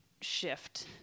shift